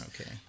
okay